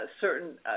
certain